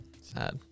Sad